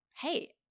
Hey